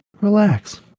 relax